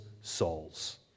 souls